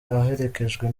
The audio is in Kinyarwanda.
aherekejwe